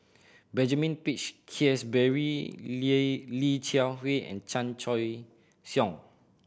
Benjamin Peach Keasberry Li Li Jiawei and Chan Choy Siong